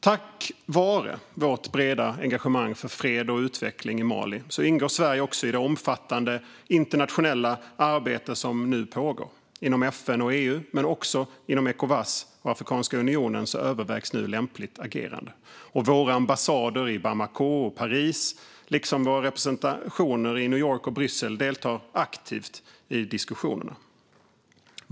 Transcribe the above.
Tack vare vårt breda engagemang för fred och utveckling i Mali ingår Sverige också i det omfattande internationella arbete som nu pågår. Inom FN och EU men också inom Ecowas och Afrikanska unionen övervägs nu lämpligt agerande. Våra ambassader i Bamako och Paris liksom våra representationer i New York och Bryssel deltar aktivt i diskussionerna.